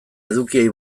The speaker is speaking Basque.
edukiei